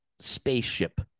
spaceship